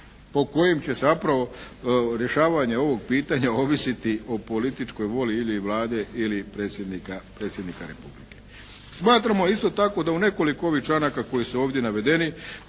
po kojima će zapravo rješavanje ovog pitanja ovisiti o političkoj volji ili Vlade ili predsjednika Republike. Smatramo isto tako da u nekoliko ovih članaka koji su ovdje navedeni